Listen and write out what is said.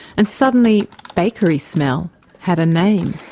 and suddenly bakery smell had a name